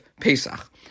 Pesach